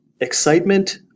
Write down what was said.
excitement